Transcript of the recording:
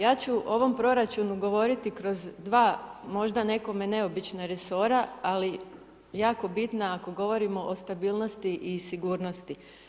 Ja ću o ovom proračunu govoriti kroz dva, možda nekome neobična resora, ali jako bitna ako govorimo o stabilnosti i sigurnosti.